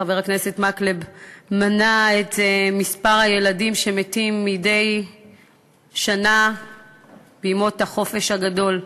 חבר הכנסת מקלב מנה את מספר הילדים שמתים מדי שנה בימות החופש הגדול.